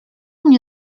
mnie